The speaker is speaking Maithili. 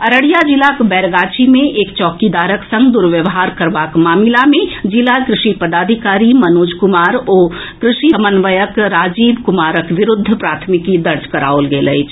अररिया जिलाक बैरगाछी मे एक चौकीदारक संग दुर्व्यवहार करबाक मामिला मे जिला कृषि पदाधिकारी मनोज कुमार आ कृषि समन्वयक राजीव कुमारक विरूद्व प्राथमिकी दर्ज कराओल गेल अछि